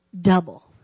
double